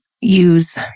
use